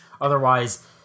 Otherwise